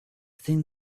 thin